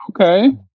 Okay